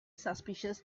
suspicious